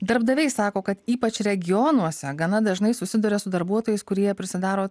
darbdaviai sako kad ypač regionuose gana dažnai susiduria su darbuotojais kurie prisidaro